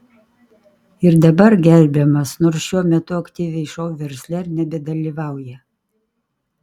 ir dabar gerbiamas nors šiuo metu aktyviai šou versle ir nebedalyvauja